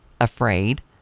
afraid